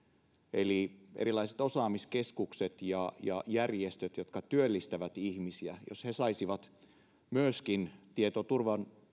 eli jos erilaiset osaamiskeskukset ja ja järjestöt jotka työllistävät ihmisiä saisivat myöskin tietoturvalakien